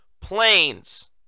planes